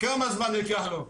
כמה זמן ייקח לו?